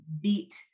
beat